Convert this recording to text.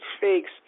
fakes